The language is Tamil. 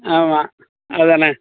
ஆமாம் அதானே